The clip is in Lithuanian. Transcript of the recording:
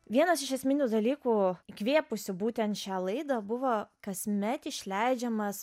vienas iš esminių dalykų įkvėpusių būtent šią laidą buvo kasmet išleidžiamas